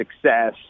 success